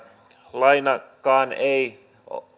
lainakaan ei